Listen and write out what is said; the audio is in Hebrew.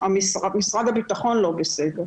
בסדר, משרד הביטחון לא בסדר.